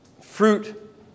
Fruit